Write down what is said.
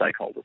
stakeholders